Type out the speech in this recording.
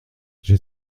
j’ai